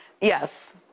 Yes